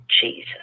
Jesus